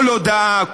כל הודעה,